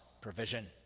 provision